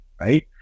right